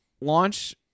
Launch